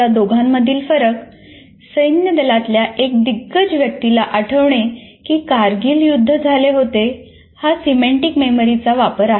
या दोघांमधील फरक 'सैन्यदलातल्या एका दिग्गज व्यक्तीला आठवणे की कारगिल युद्ध झाले होते' हा सिमँटिक मेमरीचा वापर आहे